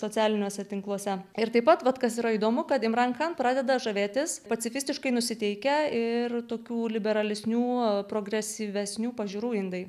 socialiniuose tinkluose ir taip pat vat kas yra įdomu kad imran khan pradeda žavėtis pacifistiškai nusiteikę ir tokių liberalesnių progresyvesnių pažiūrų indai